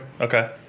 Okay